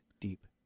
deep